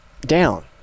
down